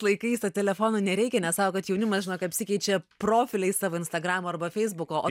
laikais to telefono nereikia nes sako kad jaunimas žinokit apsikeičia profiliais savo instagram arba feisbuko